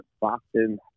Boston